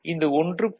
இந்த 1